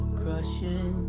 crushing